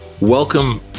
Welcome